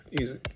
easy